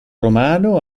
romano